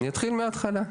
נתחיל מההתחלה.